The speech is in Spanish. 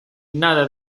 nada